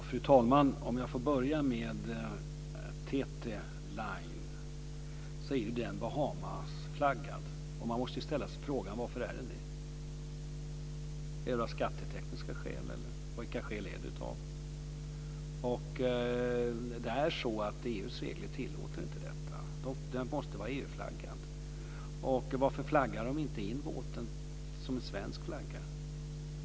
Fru talman! Om jag får börja med TT-Line kan jag konstatera att det är Bahamasflaggat. Man måste ju ställa sig frågan varför det är på det sättet. Är det av skattetekniska skäl eller vilka skäl är det? EU:s regler tillåter inte detta. Färjan måste vara EU-flaggad. Varför flaggar de inte in båten under svensk flagga?